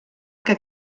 que